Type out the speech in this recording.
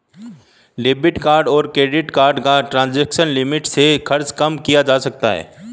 debit card और credit card का transaction limit से खर्च कम किया जा सकता है